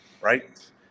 Right